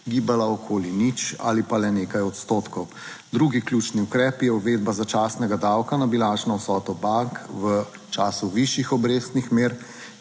gibala okoli nič ali pa le nekaj odstotkov. Drugi ključni ukrep je uvedba začasnega davka na bilančno vsoto bank v času višjih obrestnih mer,